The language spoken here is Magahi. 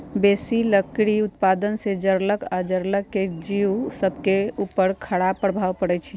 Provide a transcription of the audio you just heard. बेशी लकड़ी उत्पादन से जङगल आऽ जङ्गल के जिउ सभके उपर खड़ाप प्रभाव पड़इ छै